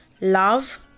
love